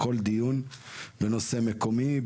בכל דיון בנושא מקומי,